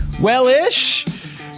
well-ish